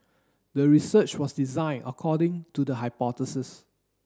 the research was designed according to the hypothesis